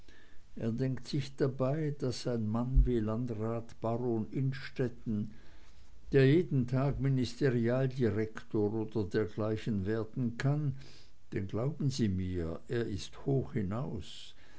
er denkt sich dabei daß ein mann wie landrat baron innstetten der jeden tag ministerialdirektor oder dergleichen werden kann denn glauben sie mir er ist hoch hinaus